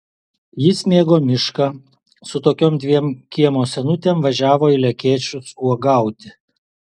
jis mėgo mišką su tokiom dviem kiemo senutėm važiavo į lekėčius uogauti